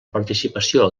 participació